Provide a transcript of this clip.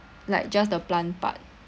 like just the plant part